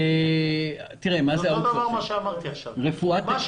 זה אותו דבר שאמרתי עכשיו.